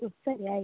ಹ್ಞೂ ಸರಿ ಆಯಿತು